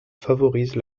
favorise